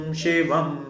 shivam